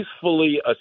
peacefully